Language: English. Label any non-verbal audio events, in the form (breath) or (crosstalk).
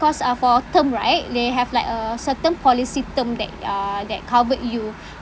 because uh for term right they have like a certain policy term that uh that covered you (breath)